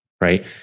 Right